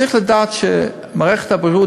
צריך לדעת שהיום מערכת הבריאות,